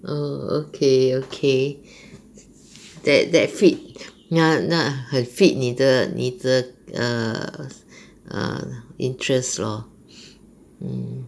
oh okay okay that that fit 那那很 fit 你的你的 err err interest lor mm